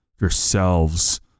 yourselves